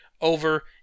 over